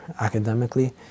academically